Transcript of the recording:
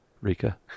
Rika